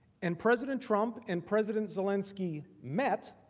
and president trump and president zelensky met,